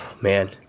man